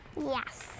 Yes